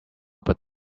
but